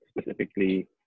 specifically